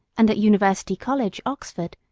and at university college, oxford,